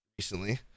recently